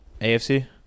AFC